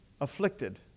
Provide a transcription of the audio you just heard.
afflicted